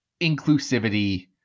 inclusivity